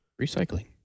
Recycling